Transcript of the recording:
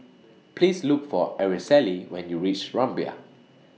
Please Look For Araceli when YOU REACH Rumbia